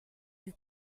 you